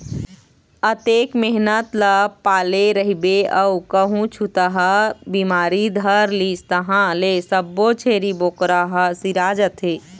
अतेक मेहनत ल पाले रहिबे अउ कहूँ छूतहा बिमारी धर लिस तहाँ ले सब्बो छेरी बोकरा ह सिरा जाथे